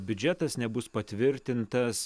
biudžetas nebus patvirtintas